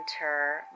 enter